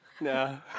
No